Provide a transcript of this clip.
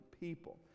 people